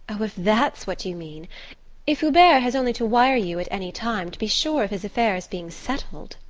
oh, if that's what you mean if hubert has only to wire you at any time to be sure of his affairs being settled!